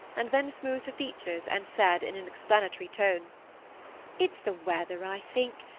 and then smoothed her features and said in an explanatory tone it's the weather, i think.